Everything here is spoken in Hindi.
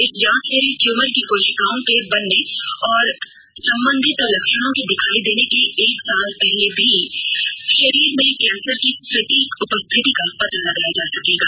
इस जांच से ट्यूमर की कोशिकाओं के बनने और संबंधित लक्षणों के दिखाई देने के एक साल पहले भी शरीर में कैंसर की सटीक उपस्थिति का पता लगाया जा सकेगा